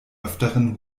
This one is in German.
öfteren